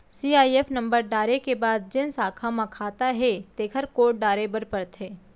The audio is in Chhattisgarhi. सीआईएफ नंबर डारे के बाद जेन साखा म खाता हे तेकर कोड डारे बर परथे